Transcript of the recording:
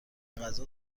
غذا